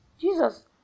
Jesus